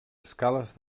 escales